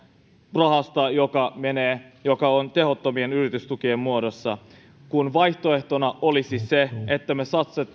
rahasta joka on tehottomien yritystukien muodossa kun vaihtoehtona olisi se että me